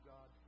God